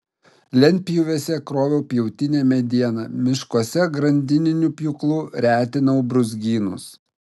lentpjūvėse kroviau pjautinę medieną miškuose grandininiu pjūklu retinau brūzgynus